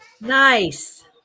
Nice